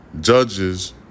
judges